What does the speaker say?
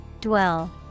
dwell